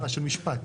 משפט.